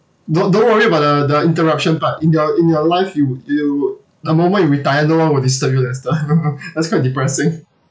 don't don't worry about the the interruption part in your in your life you you the moment we retire no one will disturb you lester that's quite depressing